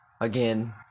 Again